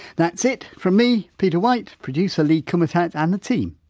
that's it, from me, peter white, producer lee kumutat and the team,